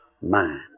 mind